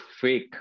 fake